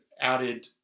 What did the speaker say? added